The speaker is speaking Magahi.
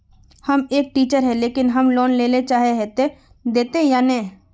हम एक टीचर है लेकिन हम लोन लेले चाहे है ते देते या नय?